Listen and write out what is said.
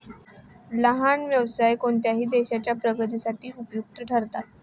लहान व्यवसाय कोणत्याही देशाच्या प्रगतीसाठी उपयुक्त ठरतात